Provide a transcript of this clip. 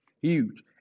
Huge